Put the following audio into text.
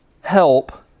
Help